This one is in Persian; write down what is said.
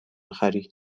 خری